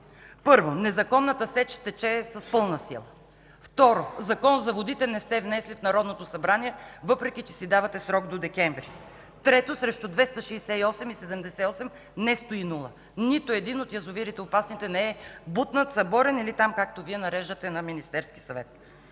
Първо, незаконната сеч тече с пълна сила. Второ, Закон за водите не сте внесли в Народното събрание, въпреки че си давате срок до декември. Трето, срещу 268 и 78 не стои нула – нито един от опасните язовири не е бутнат, съборен или там, както Вие нареждате на Министерския съвет.